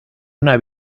una